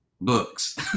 books